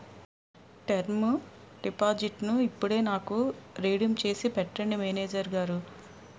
term డిపాజిట్టును ఇప్పుడే నాకు రిడీమ్ చేసి పెట్టండి మేనేజరు గారు